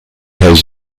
has